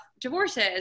divorces